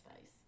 face